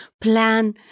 plan